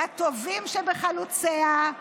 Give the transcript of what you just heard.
לטובים שבחלוציה,